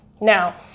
Now